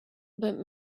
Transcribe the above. but